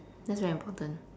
that's very important